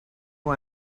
who